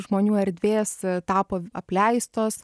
žmonių erdvės tapo apleistos